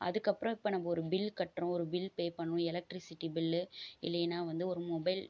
அதற்கப்பறம் இப்போ நம்ப ஒரு பில் கட்டுறோம் ஒரு பில் பே பண்ணும் எலக்ட்ரிசிட்டி பில்லு இல்லேனா வந்து ஒரு மொபைல்